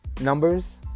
numbers